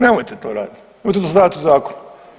Nemojte to raditi, nemojte to stavljati u zakon.